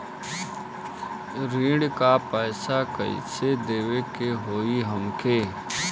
ऋण का पैसा कइसे देवे के होई हमके?